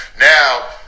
Now